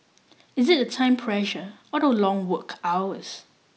is it the time pressure or the long work hours